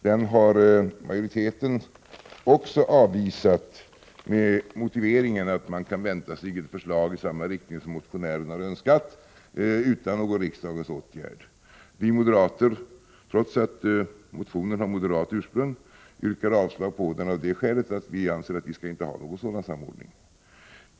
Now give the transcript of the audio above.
Denna reservation har utskottsmajoriteten också avvisat, med motiveringen att man kan vänta sig ett förslag i samma riktning som motionärerna önskat utan någon riksdagens åtgärd. Trots att motionen har moderat ursprung yrkar vi moderater avslag på den. Skälet för vårt avslagsyrkande är att vi anser att vi inte skall ha någon sådan samordning.